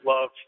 love